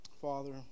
Father